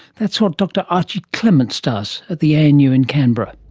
that's what dr archie clements does at the anu in canberra.